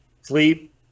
Sleep